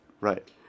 Right